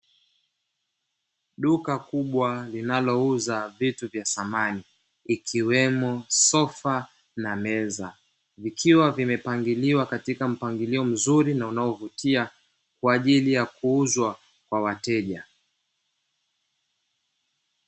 Duka kubwa linalouza vitu vya samani, ikiwemo sofa na meza vikiwa vimepangiliwa katika mpangilio mzuri na unaovutia, kwa ajili ya kuuzwa kwa wateja.